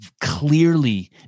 clearly